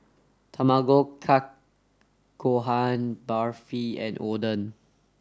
Tamago Kake Gohan Barfi and Oden